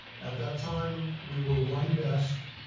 at that time we were one desk,